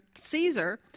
Caesar